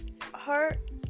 heart